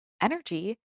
energy